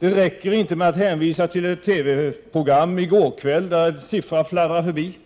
Det räcker inte med att hänvisa till ett TV-program från i går kväll, där en siffra fladdrade förbi,